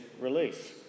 release